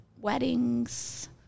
weddings